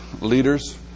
leaders